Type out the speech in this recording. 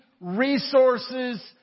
resources